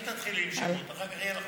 אל תתחילי עם שמות, אחר כך יהיה לך,